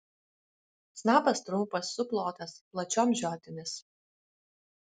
snapas trumpas suplotas plačiom žiotimis